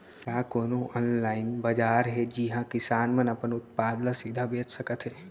का कोनो अनलाइन बाजार हे जिहा किसान मन अपन उत्पाद ला सीधा बेच सकत हे?